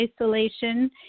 isolation